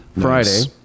Friday